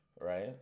right